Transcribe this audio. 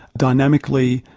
dynamically,